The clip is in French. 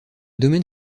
domaine